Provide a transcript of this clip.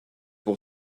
pour